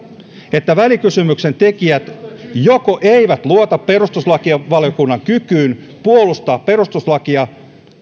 että joko välikysymyksen tekijät eivät luota perustuslakivaliokunnan kykyyn puolustaa perustuslakia